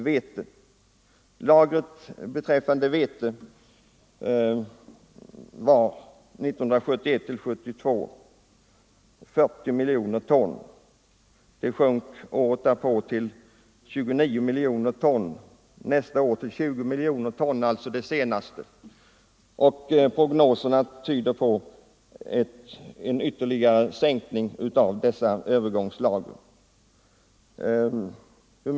Vetelagret uppgick till 40 miljoner ton 1971-1972. Det sjönk året därpå till 29 miljoner ton och nästa år till 20 miljoner ton — det är alltså den senaste siffran. Prognoserna tyder på en ytterligare sänkning av dessa lager.